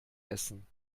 essen